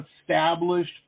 established